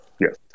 Yes